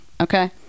okay